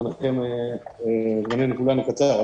זמן של כולנו קצר.